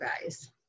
guys